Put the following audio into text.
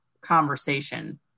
conversation